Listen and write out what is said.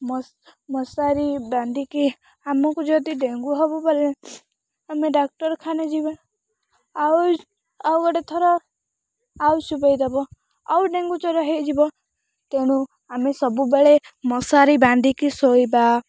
ମଶାରି ବାନ୍ଧିକି ଆମକୁ ଯଦି ଡେଙ୍ଗୁ ହେବ ବୋଲେ ଆମେ ଡାକ୍ତରଖାନା ଯିବା ଆଉ ଆଉ ଗୋଟେ ଥର ଆଉ ସୁବେଇ ଦେବ ଆଉ ଡେଙ୍ଗୁ ଜର ହେଇଯିବ ତେଣୁ ଆମେ ସବୁବେଳେ ମଶାରି ବାନ୍ଧିକି ଶୋଇବା